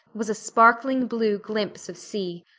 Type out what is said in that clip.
was a sparkling blue glimpse of sea.